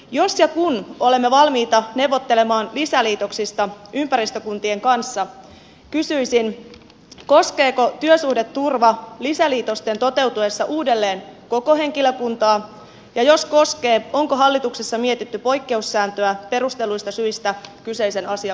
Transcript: jos ja kun olemme valmiita neuvottelemaan lisäliitoksista ympäristökuntien kanssa kysyisin koskeeko työsuhdeturva lisäliitosten toteutuessa uudelleen koko henkilökuntaa ja jos koskee onko hallituksessa mietitty poikkeussääntöä perustelluista syistä kyseisen asian kohdalla